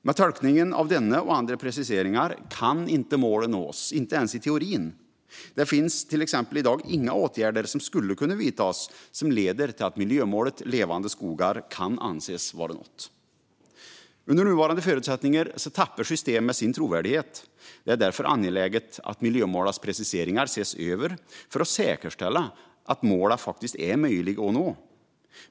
Med tolkningen av denna och andra preciseringar kan målen inte nås, inte ens i teorin. Det finns till exempel i dag inga åtgärder som skulle kunna vidtas och som leder till att miljömålet Levande skogar kan anses vara nått. Under nuvarande förutsättningar tappar systemet sin trovärdighet. Det är därför angeläget att man ser över miljömålens preciseringar för att säkerställa att målen faktiskt är möjliga att nå.